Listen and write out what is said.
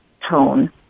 tone